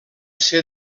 ser